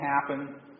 happen